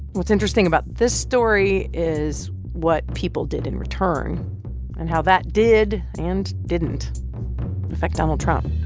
what's interesting about this story is what people did in return and how that did and didn't affect donald trump